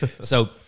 So-